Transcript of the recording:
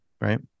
right